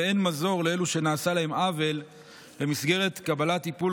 ואין מזור לאלו שנעשה להם עוול במסגרת קבלת טיפול